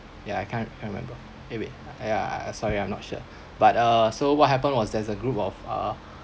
ya I can't remember eh wait uh ya sorry I'm not sure but uh so what happened was there's a group of uh